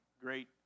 great